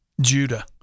Judah